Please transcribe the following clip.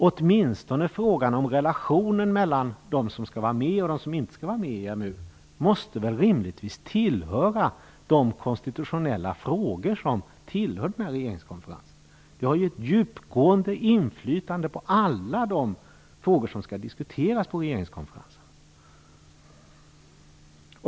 Åtminstone frågan om relationen mellan dem som skall vara med och dem som inte skall vara med i EMU måste väl rimligtvis vara en av de konstitutionella frågor som tillhör regeringskonferensen. Den har ett djupgående inflytande på alla de frågor som skall diskuteras på regeringskonferensen.